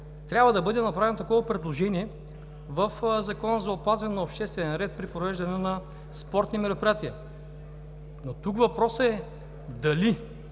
трябва да бъде направено такова предложение в Закона за опазване на обществения ред при провеждането на спортни мероприятия. Но тук въпросът е дали